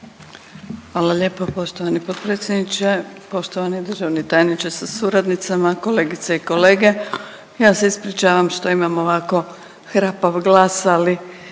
Hvala lijepo poštovani potpredsjedniče. Poštovani državni tajniče sa suradnicama, kolegice i kolege ja se ispričavam što imam ovako hrapav glas ali